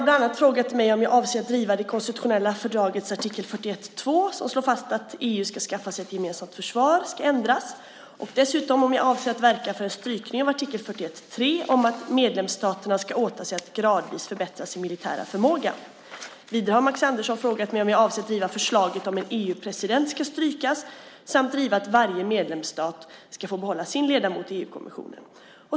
Max Andersson har frågat mig om jag avser att driva att det konstitutionella fördragets artikel 41.2, som slår fast att EU ska skaffa sig ett gemensamt försvar, ska ändras, och dessutom om jag avser att verka för en strykning av artikel 41.3 om att "medlemsstaterna ska åta sig att gradvis förbättra sin militära förmåga". Max Andersson har också frågat om jag avser att driva att förslaget om en EU-president ska strykas samt driva att varje medlemsstat ska få behålla sin ledamot i EU-kommissionen.